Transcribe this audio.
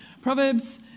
Proverbs